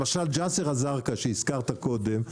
למשל ג'אסר א- זרקא שהזכרת קודם,